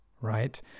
right